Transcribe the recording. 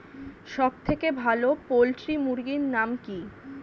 সবথেকে ভালো পোল্ট্রি মুরগির নাম কি?